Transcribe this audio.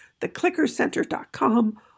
theclickercenter.com